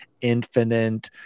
Infinite